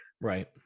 right